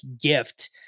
gift